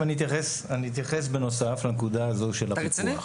אתה רציני?